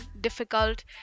difficult